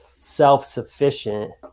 self-sufficient